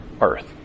earth